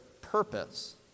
purpose